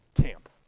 camp